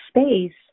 space